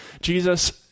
Jesus